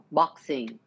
boxing